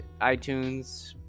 iTunes